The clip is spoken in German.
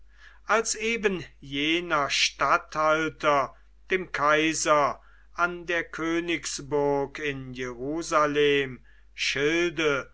als ebenjener statthalter dem kaiser an der königsburg in jerusalem schilde